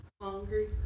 Hungry